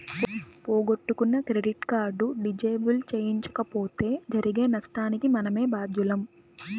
పోగొట్టుకున్న credit card disable చేయించకపోతే జరిగే నష్టానికి మనమే బాధ్యులం